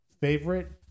Favorite